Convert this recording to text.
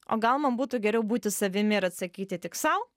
o gal man būtų geriau būti savimi ir atsakyti tik sau